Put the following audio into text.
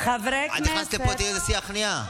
את נכנסת לפה, תראי איזה שיח נהיה.